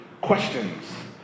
questions